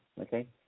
Okay